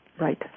Right